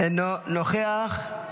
אינו נוכח.